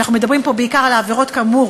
ואנחנו מדברים פה בעיקר על העבירות כאמור,